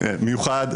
מיוחד,